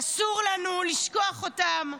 ואסור לנו לשכוח אותם,